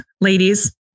ladies